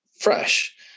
fresh